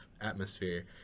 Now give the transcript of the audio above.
atmosphere